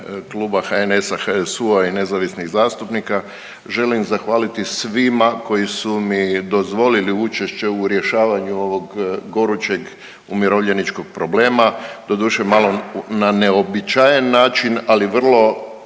HNS-a, HSU-a i nezavisnih zastupnika želim zahvaliti svima koji su mi dozvoli učešće u rješavanju ovog gorućeg umirovljeničkog problema. Doduše malo na neuobičajen način, ali vrlo